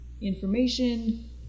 information